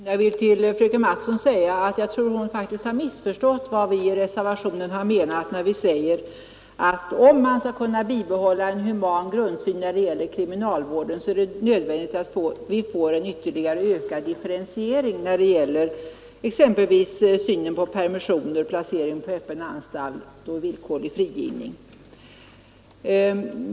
Herr talman! Jag tror faktiskt att fröken Mattson har missförstått vad vi har menat i reservationen, när vi säger att om man skall kunna bibehålla en human grundsyn i kriminalvården är det nödvändigt att få en ökad differentiering då det gäller exempelvis permissioner, placering på öppen anstalt och villkorlig frigivning.